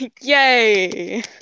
yay